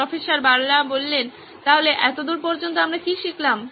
professor Bala তাহলে এতদূর পর্যন্ত আমরা কি শিখলাম